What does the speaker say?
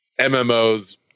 mmos